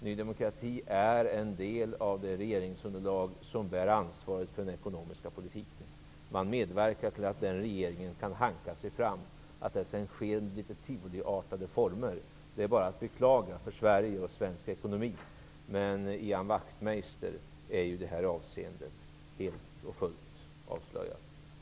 Ny demokrati är en del av det regeringsunderlag som bär ansvaret för den ekonomiska politiken. Partiet medverkar till att regeringen kan hanka sig fram. Det är bara att beklaga för Sverige och svensk ekonomi att det sker under litet tivoliartade former. Ian Wachtmeister är i det avseendet helt och fullt avslöjad.